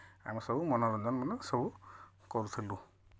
ଆମେ ସବୁ ମନୋରଞ୍ଜନ ମାନେ ସବୁ କରୁଥିଲୁ